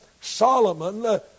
Solomon